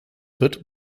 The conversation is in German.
wird